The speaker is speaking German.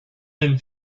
dem